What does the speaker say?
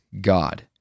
God